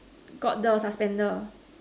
got the suspender